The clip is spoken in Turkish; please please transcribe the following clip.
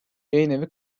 yayınevi